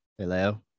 Hello